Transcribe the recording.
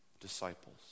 disciples